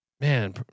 man